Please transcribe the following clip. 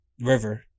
River